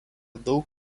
daug